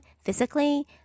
physically